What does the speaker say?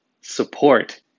support